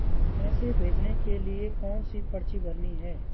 पैसे भेजने के लिए कौनसी पर्ची भरनी है?